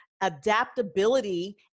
adaptability